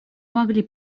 могли